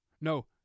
No